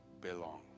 belong